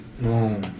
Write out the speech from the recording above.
No